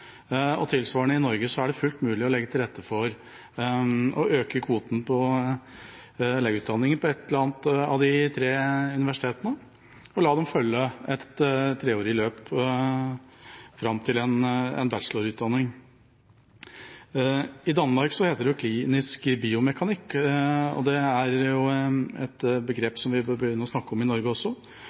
Tilsvarende er det i Norge fullt mulig å legge til rette for å øke kvoten på legeutdanningen på ett eller annet av de tre universitetene og la dem følge et treårig løp fram til en bachelorutdanning. I Danmark heter det klinisk biomekanikk, og det er et begrep som vi bør begynne å snakke om i Norge også.